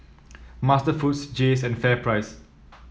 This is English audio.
MasterFoods Jays and FairPrice